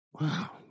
Wow